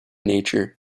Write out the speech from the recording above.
nature